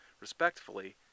Respectfully